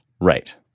Right